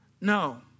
No